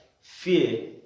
fear